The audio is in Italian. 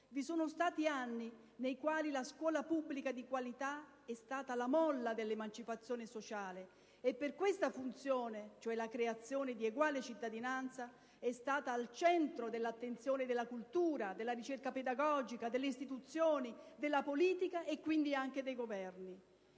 vi sono stati anni nei quali la scuola pubblica di qualità è stata la molla dell'emancipazione sociale, e per questa funzione - cioè la creazione di eguale cittadinanza - è stata al centro dell'attenzione della cultura, della ricerca pedagogica, delle istituzioni, della politica e quindi dei Governi.